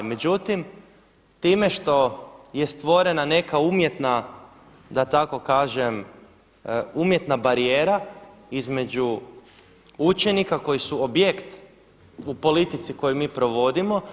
Međutim, time što je stvorena neka umjetna, da tako kažem umjetna barijera između učenika koji su objekt u politici koju mi provodimo.